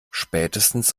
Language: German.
spätestens